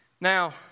Now